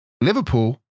Liverpool